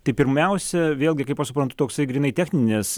tai pirmiausia vėlgi kaip suprantu toksai grynai techninis